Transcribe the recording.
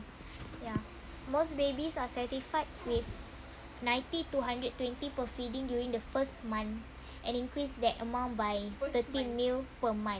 ya most babies are satisfied with ninety to hundred twenty per feeding during the first month and increase that amount by thirty M_L per month